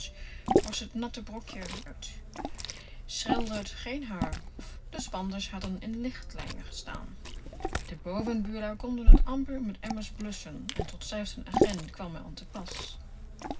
was t natte brokje uit scheelde t geen haar of de spaanders hadden in lichtelaaie gestaan de bovenbuurlui konden t amper met emmers blusschen en tot zelfs n agent kwam r an te pas